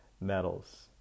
metals